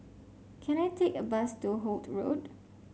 can I take a bus to Holt Road